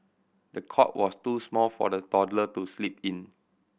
the cot was too small for the toddler to sleep in